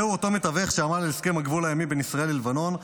זהו אותו מתווך שעמל על הסכם הגבול הימי בין ישראל ללבנון,